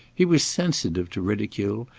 he was sensitive to ridicule,